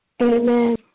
amen